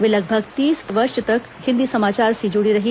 वे लगभग तीस वर्ष तक हिन्दी समाचार से जुड़ी रहीं